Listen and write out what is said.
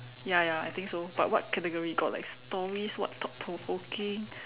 ya ya I think so but what category got like stories what thought provoking